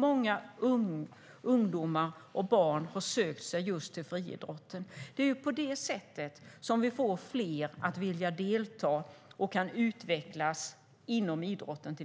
Många ungdomar och barn har sökt sig till just friidrotten. Det är på det sättet vi får fler att vilja delta och kunna utvecklas inom idrotten